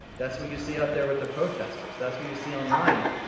that's what you see up there with the protesters. that's what you see online.